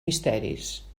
misteris